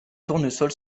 tournesol